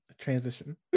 Transition